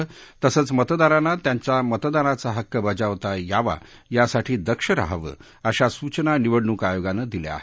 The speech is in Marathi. प्रत्येक मतदाराला त्याचा मतदानाचा हक्क बजावता यावा यासाठी दक्ष रहावं अशा सूचना निवडणूक आयोगानं दिल्या आहेत